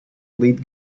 lead